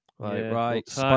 Right